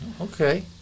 Okay